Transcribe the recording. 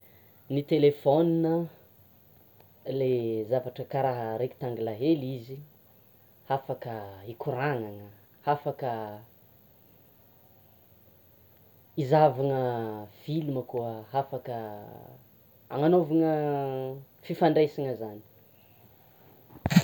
Ny telefaonina, le zavatra kara rectangle hely izy hafaka hikoragnana, hafaka hizahavana film koa, hafaka hagnanaovana fifandraisana zany.